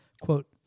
quote